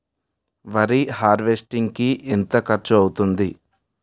వరి హార్వెస్టింగ్ కి ఎంత ఖర్చు అవుతుంది?